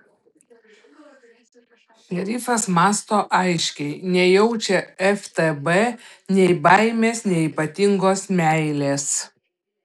šerifas mąsto aiškiai nejaučia ftb nei baimės nei ypatingos meilės